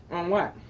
on what.